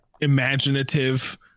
imaginative